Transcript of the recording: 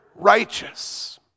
righteous